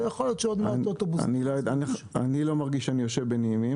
ויכול להיות שעוד מעט אוטובוס --- אני לא מרגיש שאני יושב בנעימים.